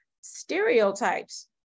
stereotypes